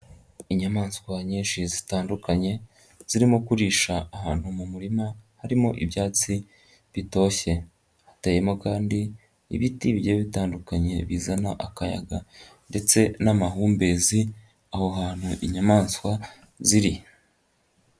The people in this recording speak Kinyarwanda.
Inyamaswa nyinshi zitandukanye, zirimo kuririsha ahantu mu murima harimo ibyatsi bitoshye, hateyemo kandi ibiti bigiye bitandukanye bizana akayaga ndetse n'amahumbezi aho hantu inyamaswa ziri.